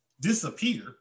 disappear